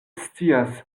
scias